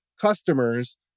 customers